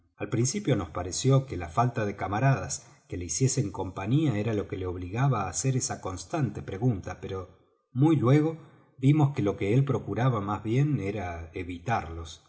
al principio nos pareció que la falta de camaradas que le hiciesen compañía era lo que le obligaba á hacer esa constante pregunta pero muy luego vimos que lo que él procuraba más bien era evitarlos